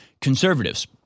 conservatives